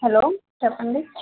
hello చెప్పండి